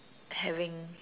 having